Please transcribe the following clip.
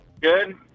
Good